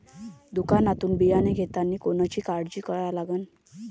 दुकानातून बियानं घेतानी कोनची काळजी घ्या लागते?